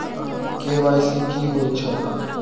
KYC कि होई छल?